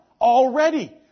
already